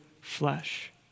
flesh